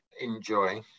enjoy